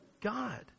God